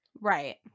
Right